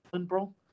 bro